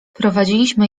prowadziliśmy